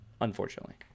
unfortunately